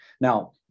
Now